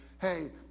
Hey